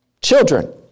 children